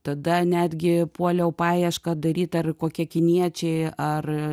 tada netgi puoliau paiešką daryt ar kokie kiniečiai ar